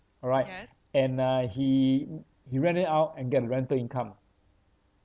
alright and uh he he rent it out and get the rental income